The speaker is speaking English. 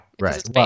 Right